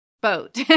boat